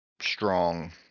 strong